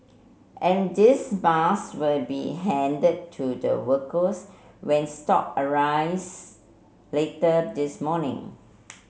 and these maths will be handed to the workers when stock arrives later this morning